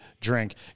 drink